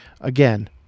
again